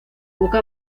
boca